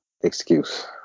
excuse